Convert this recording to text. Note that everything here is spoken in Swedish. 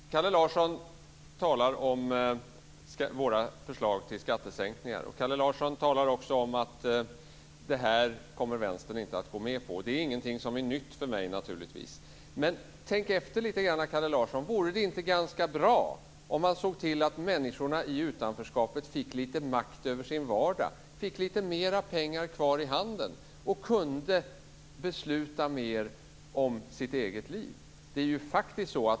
Herr talman! Kalle Larsson talar om våra förslag till skattesänkningar. Kalle Larsson säger också att det här kommer Vänstern inte att gå med på. Det är naturligtvis ingenting som är nytt för mig. Men tänk efter lite, Kalle Larsson. Vore det inte ganska bra om man såg till att människorna i utanförskapet fick lite makt över sin vardag, fick lite mer pengar kvar i handen och kunde besluta mer om sitt eget liv?